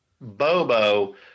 Bobo